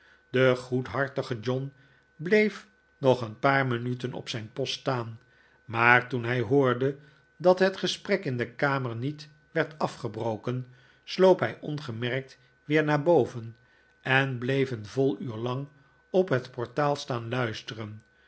de goedhartige john bleef nog een p aar minuten op zijn post staan maar toen hij hoorde dat het gesprek in de kamer niet werd afgebroken sloop hij ongemerkt weer naar boven en bleef een vol uur lang op het portaal staan luisteren